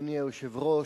אדוני היושב-ראש,